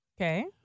Okay